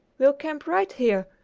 we'll camp right here,